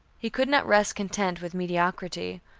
he could not rest content with mediocrity,